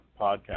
podcast